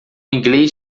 inglês